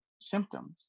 symptoms